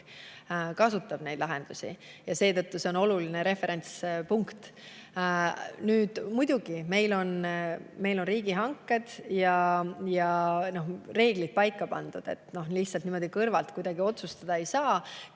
kasutab neid lahendusi. Ja seetõttu see on oluline referentspunkt. Muidugi meil on riigihanked ja reeglid paika pandud, lihtsalt niimoodi kõrvalt kuidagi otsustada ei saa.